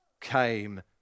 came